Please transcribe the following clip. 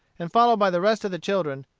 and followed by the rest of the children,